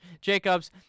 Jacobs